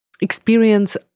experience